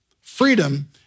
Freedom